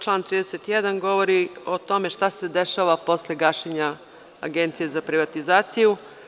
Član 31. govori o tome šta se dešava posle gašenja Agencije za privatizaciju.